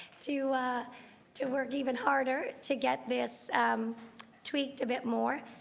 to to work even harder to get this tweaked a bit more,